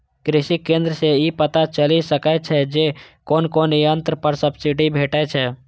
कृषि केंद्र सं ई पता चलि सकै छै जे कोन कोन यंत्र पर सब्सिडी भेटै छै